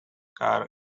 car